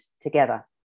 together